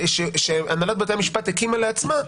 שהנהלת בתי המשפט הקימה לעצמה,